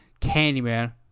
Candyman